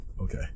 Okay